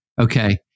Okay